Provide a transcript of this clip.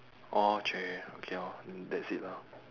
orh !chey! okay orh mm that's it lah